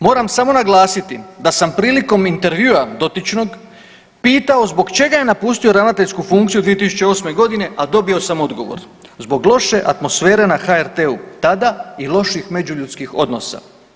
Moram samo naglasiti da sam prilikom intervjua dotičnog pitao zbog čega je napustio ravnateljsku funkciju 2008. godine, a dobio sam odgovor, zbog loše atmosfere na HRT-u tada i loših međuljudskih odnosa.